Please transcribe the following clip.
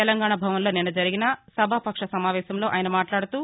తెలంగాణ భవన్లో నిన్న జరిగిన శాసనసభాపక్ష సమావేశంలో ఆయన మాట్లాడుతూ